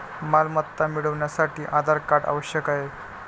मालमत्ता मिळवण्यासाठी आधार कार्ड आवश्यक आहे